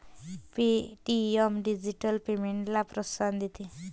Paytm digital पेमेंट्सला प्रोत्साहन देते